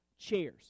chairs